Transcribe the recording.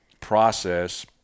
process